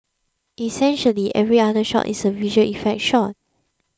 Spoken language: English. essentially every other shot is a visual effect shot